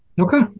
Okay